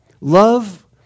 love